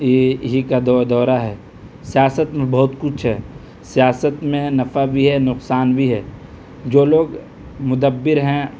یہ ہی کا دور دورہ ہے سیاست میں بہت کچھ ہے سیاست میں نفع بھی ہے نقصان بھی ہے جو لوگ مدبر ہیں